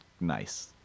nice